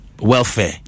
welfare